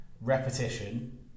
repetition